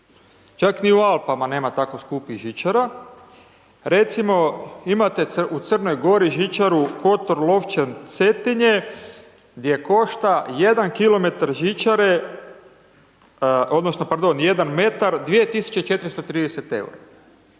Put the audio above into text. čak ni u Alpama nema tako skupih žičara. Recimo imate u Crnoj Gori žičaru Kotor-Lovćan-Cetinje gdje košta 1km žičare,